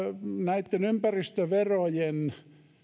näitten ympäristöverojen